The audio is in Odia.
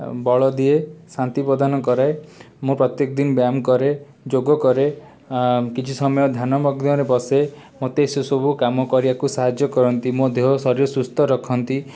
ବଳ ଦିଏ ଶାନ୍ତି ପ୍ରଦାନ କରେ ମୁଁ ପ୍ରତ୍ୟେକ ଦିନ ବ୍ୟାୟାମ କରେ ଯୋଗ କରେ କିଛି ସମୟ ଧ୍ୟାନମଗ୍ନରେ ବସେ ମୋତେ ସେ ସବୁ କାମ କରିବାକୁ ସାହାଯ୍ୟ କରନ୍ତି ମୋ ଦେହ ଶରୀର ସୁସ୍ଥ ରଖନ୍ତି